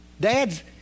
Dad's